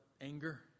anger